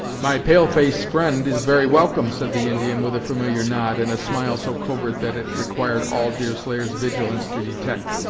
my pale-face friend is very welcome, said the indian, with a familiar nod, and a smile so covert that it required all deerslayer's vigilance to detect,